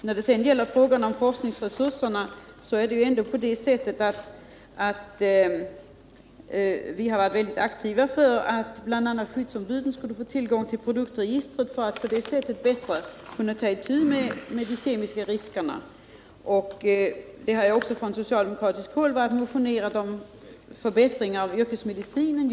När det sedan gäller frågan om forskningsresurserna har vi varit mycket aktiva och bl.a. verkat för att skyddsombuden skall få tillgång till produktregistret för att bättre kunna ta itu med de kemiska riskerna. Vi har vidare från socialdemokratiskt håll motionerat om förbättringar av yrkesmedicinen.